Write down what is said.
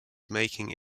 making